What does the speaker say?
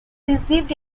received